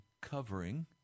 covering